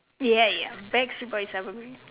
ya ya backstreet boys ah probably